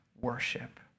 worship